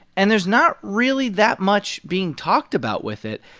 and there's not really that much being talked about with it.